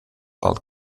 allt